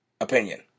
opinion